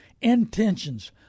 Intentions